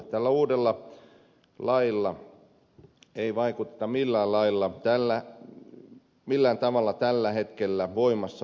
tällä uudella lailla ei vaikuteta millään tavalla tällä hetkellä voimassa oleviin aselupiin